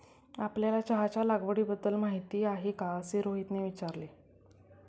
आपल्याला चहाच्या लागवडीबद्दल माहीती आहे का असे रोहितने विचारले?